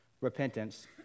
repentance